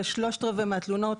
ושלושת רבעי מהתלונות